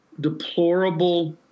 deplorable